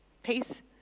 Peace